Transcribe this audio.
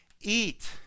Eat